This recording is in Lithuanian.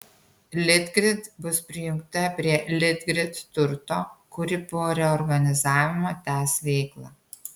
litgrid bus prijungta prie litgrid turto kuri po reorganizavimo tęs veiklą